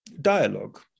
dialogue